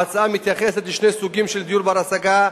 ההצעה מתייחסת לשני סוגים של דיור בר-השגה,